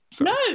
No